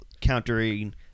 countering